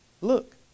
look